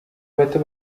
bato